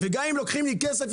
גם אם לוקחים לי יותר כסף,